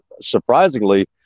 surprisingly